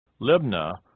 Libna